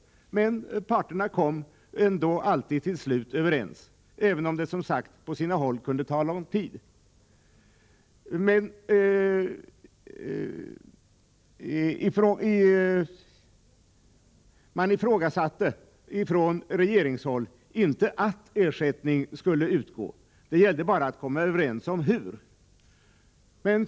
Parterna kom ändå alltid till slut överens, även om det som sagt på sina håll kunde ta lång tid. Man ifrågasatte från regeringshåll inte att ersättning skulle utgå, det gällde bara att komma överens om hur.